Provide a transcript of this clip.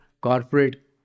corporate